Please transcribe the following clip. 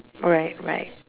alright right